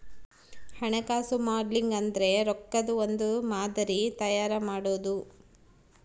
ಹಣಕಾಸು ಮಾಡೆಲಿಂಗ್ ಅಂದ್ರೆ ರೊಕ್ಕದ್ ಒಂದ್ ಮಾದರಿ ತಯಾರ ಮಾಡೋದು